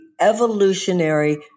evolutionary